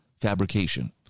fabrication